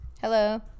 hello